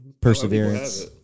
Perseverance